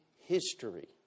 history